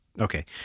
Okay